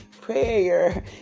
prayer